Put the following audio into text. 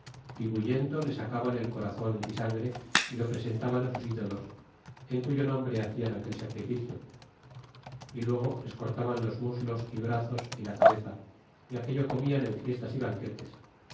y bullendo le sacaban el corazon y sangre y lo presentaban sus ídolos en cuyo nombre hacían aquel sacrificio y luego les cortaban los muslos y brazos y la cabeza y aquello comian en fiestas y banquetes